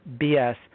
BS